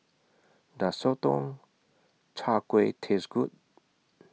Does Sotong Char Kway Taste Good